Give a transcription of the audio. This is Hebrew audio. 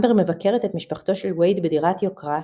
אמבר מבקרת את משפחתו של וייד בדירת יוקרה,